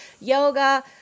yoga